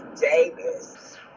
davis